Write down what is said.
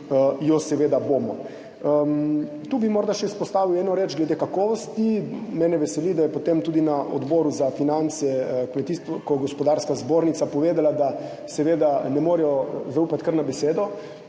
jo seveda bomo. Tu bi morda izpostavil še eno reč glede kakovosti. Mene veseli, da je potem tudi na Odboru za finance Kmetijsko gospodarska zbornica povedala, da seveda ne morejo zaupati kar na besedo